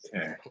Okay